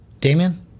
Damien